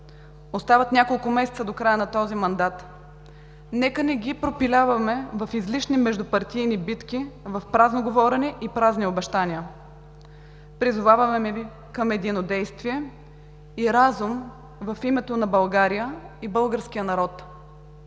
Остават няколко месеца до края на този мандат и нека не ги пропиляваме в излишни междупартийни битки, в празно говорене и празни обещания. Призоваваме Ви към единодействие и разум в името на България и българския народ.